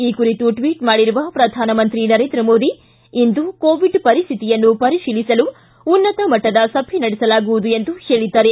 ಈ ಕುರಿತು ಟ್ಟಟ್ ಮಾಡಿರುವ ಪ್ರಧಾನಮಂತ್ರಿ ನರೇಂದ್ರ ಮೋದಿ ಇಂದು ಕೋವಿಡ್ ಪರಿಸ್ವಿತಿಯನ್ನು ಪರಿಶೀಲಿಸಲು ಉನ್ನತ ಮಟ್ಟದ ಸಭೆ ನಡೆಸಲಾಗುವುದು ಎಂದು ಹೇಳಿದ್ದಾರೆ